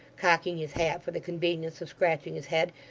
cocking his hat for the convenience of scratching his head,